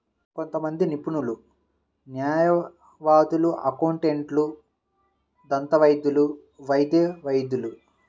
కొంతమంది నిపుణులు, న్యాయవాదులు, అకౌంటెంట్లు, దంతవైద్యులు, వైద్య వైద్యులు